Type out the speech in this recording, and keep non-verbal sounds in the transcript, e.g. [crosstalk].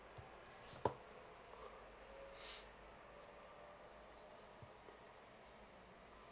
[noise]